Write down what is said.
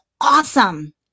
awesome